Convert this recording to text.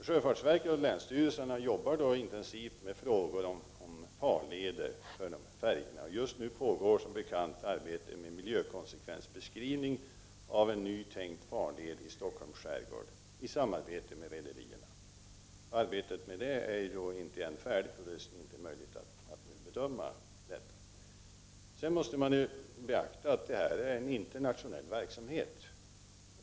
Sjöfartsverket och länsstyrelserna jobbar intensivt med frågor om farleder för sådana här färjor. Just nu pågår ju också arbetet med en miljökonsekvensbeskrivning av en ny tänkt farled i Stockholms skärgård. Detta görs i samarbete med rederierna. Det arbetet är ännu inte färdigt och det är därför inte möjligt att göra en bedömning. Sedan måste man beakta att det här är en internationell verksamhet.